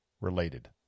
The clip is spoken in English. related